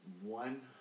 one